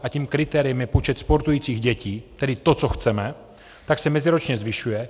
A tím kritériem je počet sportujících dětí, tedy to, co chceme, tak se meziročně zvyšuje.